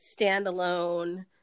standalone